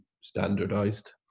standardized